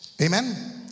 Amen